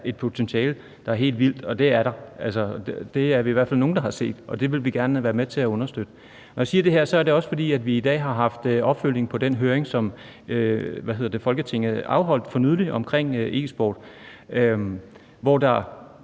et potentiale, der er helt vildt. Og det er der. Det er vi i hvert fald nogle der har set, og det vil vi gerne være med til at understøtte. Når jeg siger det her, er det også, fordi vi i dag har haft en opfølgning på den høring, som Folketinget afholdt for nylig omkring e-sport, hvor der